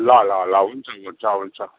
ल ल ल हुन्छ हुन्छ हुन्छ